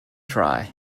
try